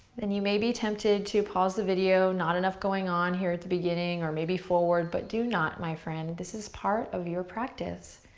and you may be tempted to pause the video, not enough going on here at the beginning or maybe forward, but do not, my friend. this is part of your practice.